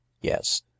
Yes